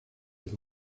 with